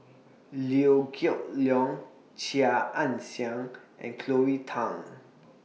Liew Geok Leong Chia Ann Siang and Cleo Thang